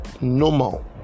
normal